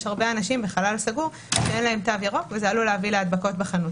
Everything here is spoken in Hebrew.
הרבה אנשים בחלל סגור ואין להם תו ירוק מה שעלול להביא להדבקות בחנות.